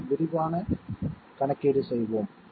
எனவே விரைவான கணக்கீடு செய்வோம்